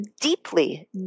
deeply